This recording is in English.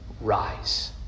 rise